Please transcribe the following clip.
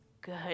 good